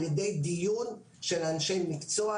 על ידי דיון של אנשי מקצוע,